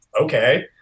Okay